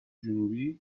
جنوبی